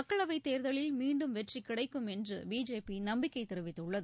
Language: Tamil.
மக்களவைத் தேர்தலில் மீண்டும் வெற்றிகிடைக்கும் என்றபிஜேபிநம்பிக்கைதெரிவித்துள்ளது